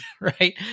right